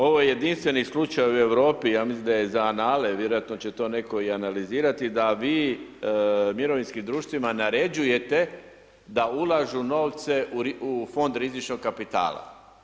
Ovo je jedinstveni slučaj u Europi, ja mislim da je za anale, vjerojatno će to netko i analizirati, da vi mirovinskim društvima naređujete da ulažete novce u fond rizičnog kapitala.